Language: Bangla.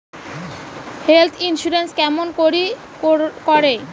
হেল্থ ইন্সুরেন্স কেমন করি করে?